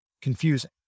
confusing